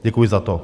Děkuji za to.